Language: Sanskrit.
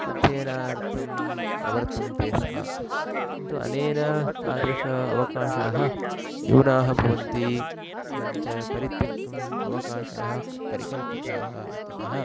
अध्ययनार्थं प्रवर्तन्ते स्म किन्तु अनेन तादृश अवकाशाः न्यूनाः भवन्ति एवञ्च परित्यक्तुम् अवकाशाः परिकल्पिताः इत्यतः